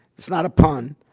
it's not a pun.